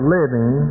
living